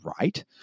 right